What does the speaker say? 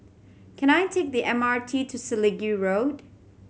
can I take the M R T to Selegie Road